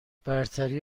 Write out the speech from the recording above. برتری